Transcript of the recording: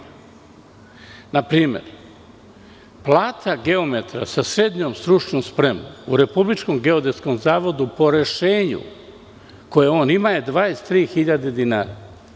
Na primer, plata geometra sa srednjom stručnom spremom u Republičkom geodetskom zavodu po rešenju koje on ima je 23 hiljade dinara.